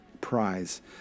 prize